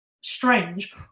strange